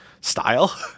style